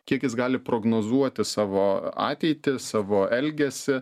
kiek jis gali prognozuoti savo ateitį savo elgesį